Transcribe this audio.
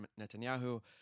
Netanyahu